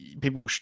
people